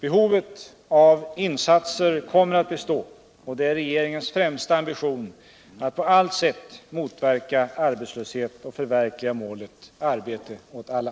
Behovet av insatser kommer att bestå, och det är regeringens främsta ambition att på allt sätt motverka arbetslöshet och förverkliga målet arbete åt alla.